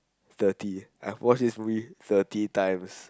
thirty I've watch this movie thirty times